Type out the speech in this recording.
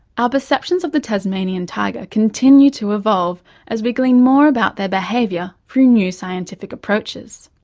ah perceptions of the tasmanian tiger continue to evolve as we glean more about their behaviour from new scientific approaches.